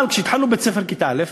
אבל כשהתחלנו בית-ספר, כיתה א',